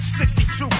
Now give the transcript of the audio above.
62